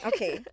Okay